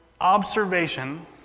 observation